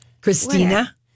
Christina